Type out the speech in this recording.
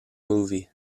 movie